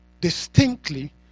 distinctly